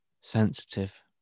sensitive